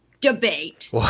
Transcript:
debate